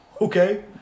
okay